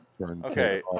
Okay